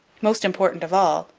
most important of all,